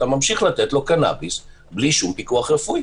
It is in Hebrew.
אתה ממשיך לתת לו קנאביס בלי שום פיקוח רפואי.